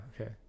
okay